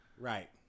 Right